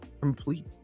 complete